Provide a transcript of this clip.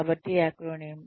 కాబట్టి ఎక్రోనిం